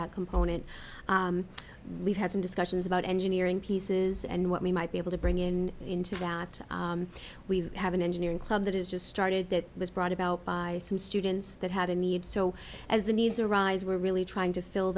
component we've had some discussions about engineering pieces and what we might be able to bring in into that we have an engineering club that is just started that was brought about by some students that had a need so as the needs arise were really trying to fill